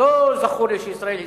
לא זכור לי שישראל הסכימה,